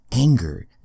anger